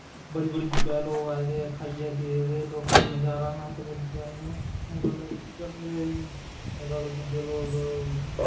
बड़ी बड़ी दूरा दा लोग आए दे हे लोग खाइयै गे ते कि नज़ारा नन्द बज्जी जा इ'यां अजकल्ल खंदे लोग